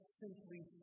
simply